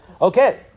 Okay